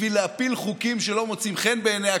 בשביל להפיל חוקים שלא מוצאים חן בעיניה,